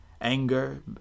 anger